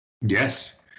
Yes